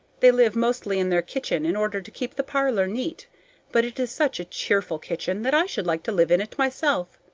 they live mostly in their kitchen in order to keep the parlor neat but it is such a cheerful kitchen that i should like to live in it myself.